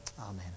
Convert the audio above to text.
Amen